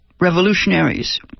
revolutionaries